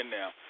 now